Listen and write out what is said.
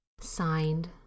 Signed